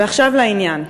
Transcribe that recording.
ועכשיו לעניין,